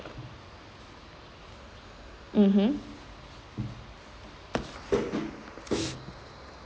mmhmm